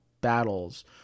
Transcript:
battles